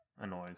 annoyed